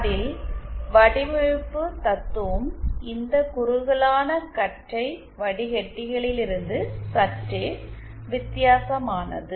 அதில் வடிவமைப்பு தத்துவம் இந்த குறுகலானகற்றை வடிகட்டிகளிலிருந்து சற்றே வித்தியாசமானது